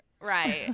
right